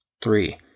Three